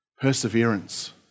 perseverance